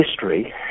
history